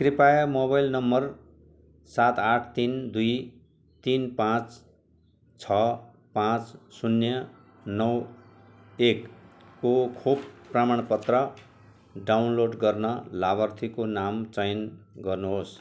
कृपया mobile number सात आठ तिन दुई तिन पाँच छ पाँच शून्य नौ एकको खोप प्रमाणपत्र डाउनलोड गर्न लाभार्थीको नाम चयन गर्नुहोस्